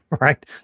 right